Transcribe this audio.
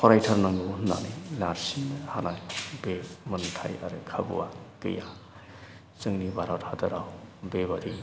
फरायथारनांगौ होननानै नारसिननो हानाय बे मोनथाय आरो खाबुआ गैया जोंनि भारत हादाराव बेबादि